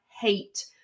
hate